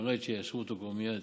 והלוואי שיאשרו אותו כבר מייד.